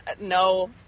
no